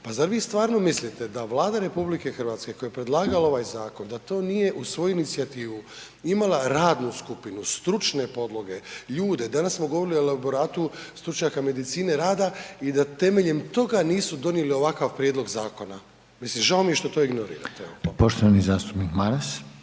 Pa zar vi stvarno mislite da Vlada RH koja je predlagala ovaj zakon da to nije uz svoju inicijativu imala radnu skupinu, stručne podloge, ljude, danas smo govorili o elaboratu stručnjaka medicine rada i da temeljem toga nisu donijeli ovakav prijedlog zakona, mislim žao mi je što to ignorirate. **Reiner,